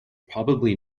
probably